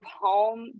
home